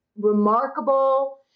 remarkable